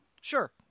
Sure